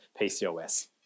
PCOS